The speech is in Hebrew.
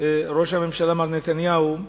ראש הממשלה מר נתניהו,